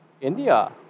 India